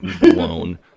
blown